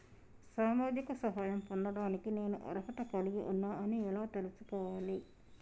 సామాజిక సహాయం పొందడానికి నేను అర్హత కలిగి ఉన్న అని ఎలా తెలుసుకోవాలి?